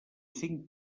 cinc